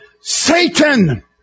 Satan